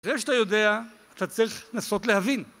אחרי שאתה יודע, אתה צריך לנסות להבין.